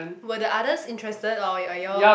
were the others interested or or you all